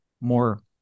more